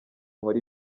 nkore